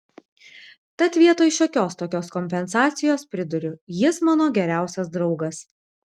tad vietoj šiokios tokios kompensacijos priduriu jis mano geriausias draugas